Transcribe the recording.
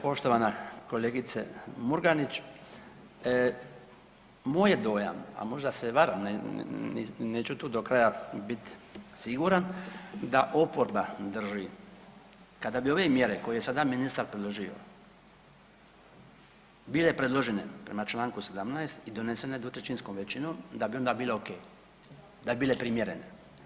Poštovana kolegice Murganić, moj je dojam, a možda se varam neću tu do kraja biti siguran da oporba drži kada bi ove mjere koje je sada ministra predložio bile predložene prema Članku 17. i donesene dvotrećinskom većinom da bi onda bile ok, da bi bile primjerene.